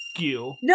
no